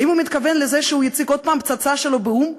האם הוא מתכוון לזה שהוא יציג עוד פעם פצצה שלו באו"ם,